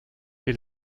die